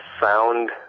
found